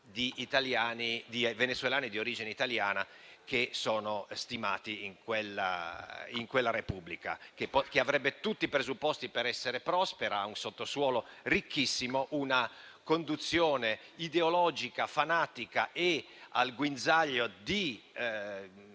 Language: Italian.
e mezzo di venezuelani di origine italiana che sono stimati in quella Repubblica, che avrebbe tutti i presupposti per essere prospera, grazie a un sottosuolo ricchissimo. Una conduzione ideologica fanatica e al guinzaglio di